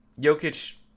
Jokic